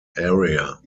area